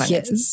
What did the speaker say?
Yes